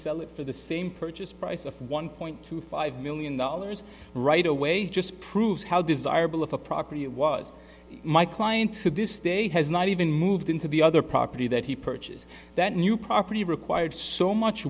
sell it for the same purchase price of one point two five million dollars right away just proves how desirable of a property it was my client to this day has not even moved into the other property that he purchased that new property required so much